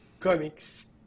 comics